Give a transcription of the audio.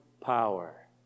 power